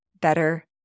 Better